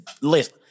list